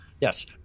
yes